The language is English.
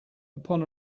upon